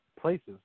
places